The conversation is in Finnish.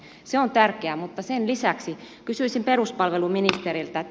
se on tärkeää mutta sen lisäksi kysyisin peruspalveluministeriltä